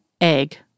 egg